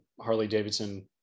harley-davidson